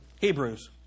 Hebrews